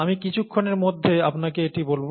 আমি কিছুক্ষণের মধ্যে আপনাকে এটি বলব